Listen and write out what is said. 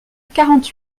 quarante